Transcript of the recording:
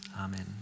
Amen